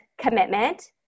commitment